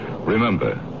Remember